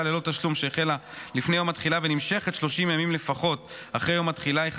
ללא תשלום שהחלה לפני יום התחילה ונמשכת 30 ימים לפחות אחרי יום התחילה,